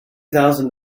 thousand